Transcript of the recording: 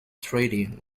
trading